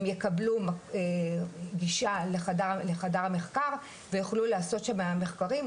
הם יקבלו גישה לחדר המחקר ויוכלו לעשות שמה מחקרים,